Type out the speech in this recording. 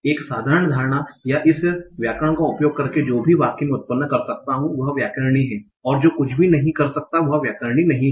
एक साधारण धारणा या इस व्याकरण का उपयोग करके जो भी वाक्य मैं उत्पन्न कर सकता हूं वह व्याकरणिक है और जो कुछ भी मैं नहीं कर सकता वह व्याकरणिक नहीं है